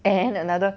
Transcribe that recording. and another